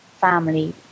family